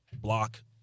block